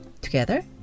together